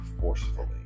forcefully